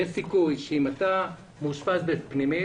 יש סיכוי שאם אתה מאושפז בפנימית,